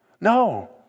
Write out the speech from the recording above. No